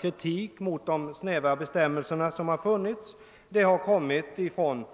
Kritik mot de snäva bestämmelser som gällt har framförts från